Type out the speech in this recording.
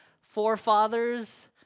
forefathers